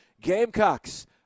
Gamecocks